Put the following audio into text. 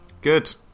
good